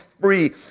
free